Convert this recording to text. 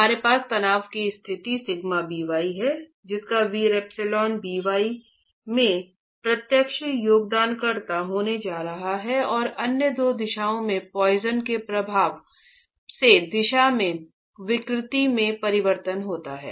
हमारे पास तनाव की स्थिति σ by है जिसका ε by में प्रत्यक्ष योगदानकर्ता होने जा रहा है और अन्य दो दिशाओं में पॉइसन के प्रभाव से दिशा में विकृति में परिवर्तन होता है